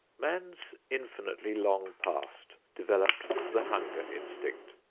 man's infinitely long past developed the hunger instinct,